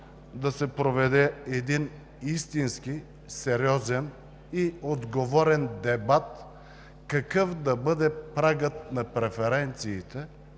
да се проведе един истински, сериозен и отговорен дебат – какъв да бъде прагът на преференциите,